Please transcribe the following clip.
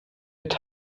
eine